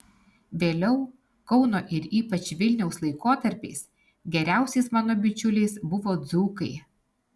vėliau kauno ir ypač vilniaus laikotarpiais geriausiais mano bičiuliais buvo dzūkai